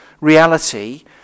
reality